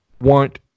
want